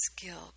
guilt